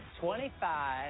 Twenty-five